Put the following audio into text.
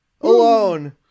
alone